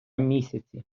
місяці